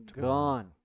Gone